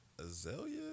Azalea